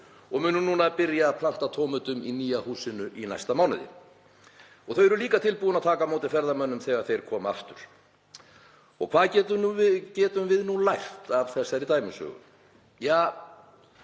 ræktunarrýmið og byrja að planta tómötum í nýja húsinu núna í næsta mánuði. Og þau eru líka tilbúin að taka á móti ferðamönnunum þegar þeir koma aftur. Og hvað getum við nú lært af þessari dæmisögu?